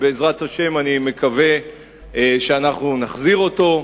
בעזרת השם, אני מקווה שאנחנו נחזיר אותו.